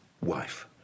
Wife